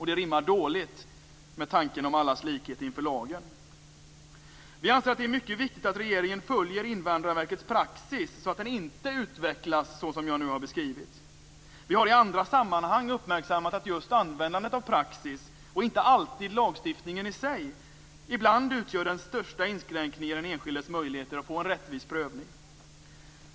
Det rimmar dåligt med tanken om allas likhet inför lagen. Vi anser att det är mycket viktigt att regeringen följer Invandrarverkets praxis så att den inte utvecklas såsom jag nu har beskrivit. Vi har i andra sammanhang uppmärksammat att just användandet av praxis och inte alltid lagstiftningen i sig ibland utgör den största inskränkningen i den enskildes möjligheter att få en rättvis prövning.